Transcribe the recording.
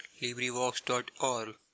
LibriVox.org